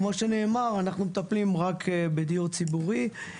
כמו שנאמר, אנחנו מטפלים רק בדיור ציבורי.